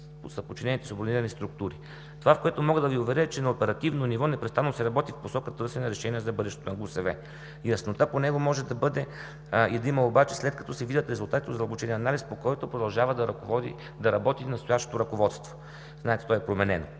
на подчинените структури. Това, в което мога да Ви уверя, е, че на оперативно ниво непрестанно се работи в посока търсене решение за бъдещето на ГУСВ. Яснота по него може да има, след като се видят резултатите от задълбочения анализ, по който продължава да работи настоящото ръководство. Знаете, то е променено.